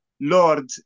Lord